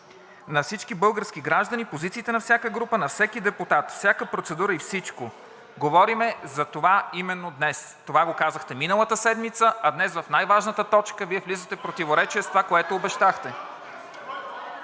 на всички български граждани, позициите на всяка група, на всеки депутат, всяка процедура и всичко.“ Говорим за това именно днес. Това го казахте миналата седмица, а днес в най-важната точка Вие влизате в противоречие с това, което обещахте.